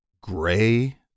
gray